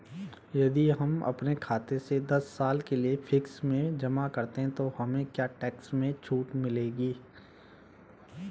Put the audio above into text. यदि हम अपने खाते से दस साल के लिए फिक्स में जमा करते हैं तो हमें क्या टैक्स में छूट मिलेगी?